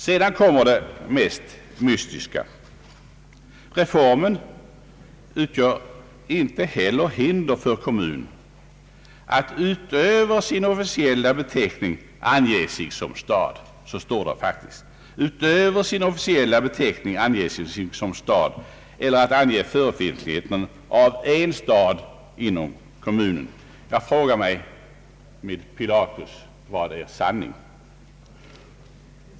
Sedan kommer det mest mystiska, nämligen att reformen »utgör inte heller hinder för kommun att utöver sin officiella beteckning ange sig som stad» — så står det faktiskt! — »eller ange förefintligheten av en stad inom kommunen». Jag frågar med Pilatus: Vad är sanning?